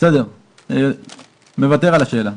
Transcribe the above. מוותר על השאלה.